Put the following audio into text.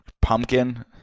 Pumpkin